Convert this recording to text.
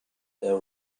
there